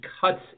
cuts